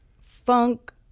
funk